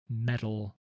metal